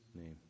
name